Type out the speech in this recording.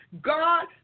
God